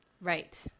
Right